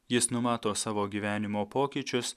jis numato savo gyvenimo pokyčius